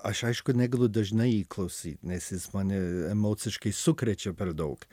aš aišku negaliu dažnai jį klausyt nes jis mane emociškai sukrečia per daug